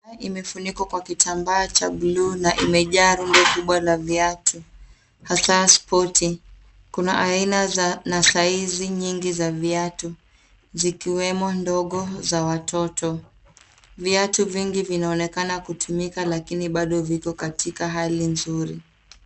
imefunikwa kwa kitambaa cha buluu na imejaa rundo kubwa la viatu, haswa spoti. Kuna aina za na sazi nyingi za viatu zikiwemo ndogo za watoto. Viatu vingi vinaonekan kutumika lakini bado viko katika hali nzuri.